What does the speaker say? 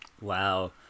Wow